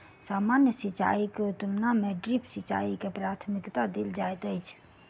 सामान्य सिंचाईक तुलना मे ड्रिप सिंचाई के प्राथमिकता देल जाइत अछि